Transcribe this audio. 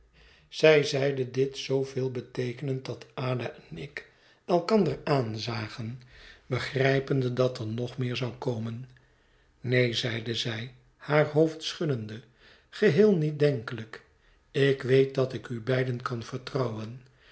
zij zeide dit zoo veelbeteekenend dat ada en ik elkander aanzagen begrijpende dat er nog meer zou komen neen zeide zij haar hoofd schuddende geheel niet denkelijk ik weet dat ik u beiden kan vertrouwen